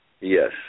yes